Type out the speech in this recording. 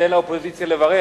תן לאופוזיציה לברך.